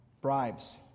Bribes